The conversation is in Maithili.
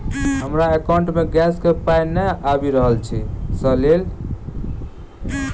हमरा एकाउंट मे गैस केँ पाई नै आबि रहल छी सँ लेल?